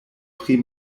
pri